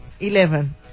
Eleven